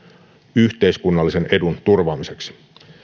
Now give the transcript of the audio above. yhteiskunnallisen edun turvaamiseksi